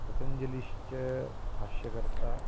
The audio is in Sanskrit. पतञ्जलिश्च भाष्यकर्ता